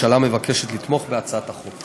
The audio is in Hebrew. הממשלה מבקשת לתמוך בהצעת החוק.